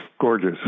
gorgeous